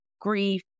grief